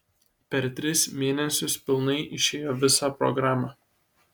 per tris mėnesius pilnai išėjo visą programą